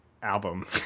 album